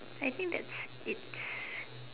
I think that's it